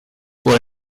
por